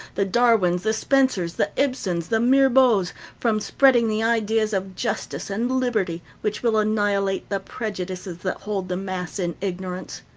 the darwins, the spencers, the ibsens, the mirbeaus, from spreading the ideas of justice and liberty which will annihilate the prejudices that hold the mass in ignorance.